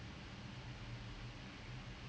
slamming your feet against it